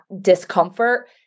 discomfort